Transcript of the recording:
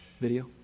video